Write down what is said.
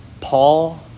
Paul